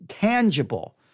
tangible